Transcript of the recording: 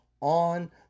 on